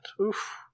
Oof